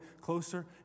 closer